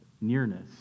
nearness